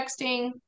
texting